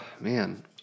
man